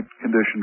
condition